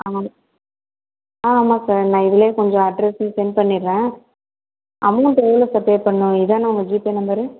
ஆ ஆமாம் சார் நான் இதுலையே கொஞ்சம் அட்ரெஸும் சென்ட் பண்ணிடுறேன் அமொவுண்ட்டு இப்போ பே பண்ணணும்ன்னு இது தானே உங்கள் ஜிபே நம்பரு